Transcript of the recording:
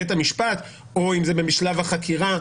בית המשפט או אם זה בשלב החקירה,